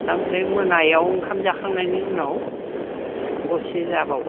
आमफ्राय मोनायाव ओंखाम जाखांनायनि उनाव गरसे जाबाव